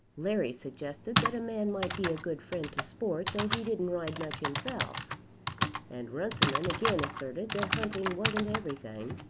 larry suggested that a man might be a good friend to sport though he didn't ride much himself and runciman again asserted that hunting wasn't everything.